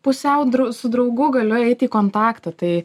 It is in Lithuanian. pusiau drau su draugu galiu eit į kontaktą tai